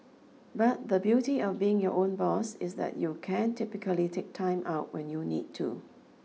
but the beauty of being your own boss is that you can typically take time out when you need to